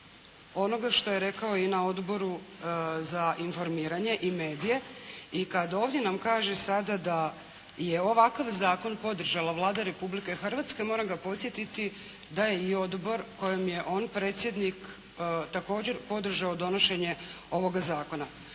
onoga što je rekao i na Odboru za informiranje i medije. I kada ovdje nam kaže sada da je i ovakav Zakon podržala Vlada Republike Hrvatske moram ga podsjetiti da je i Odbor kojem je on predsjednik također podržao donošenje ovoga Zakona.